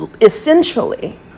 essentially